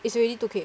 it's already two K